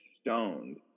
stoned